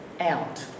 out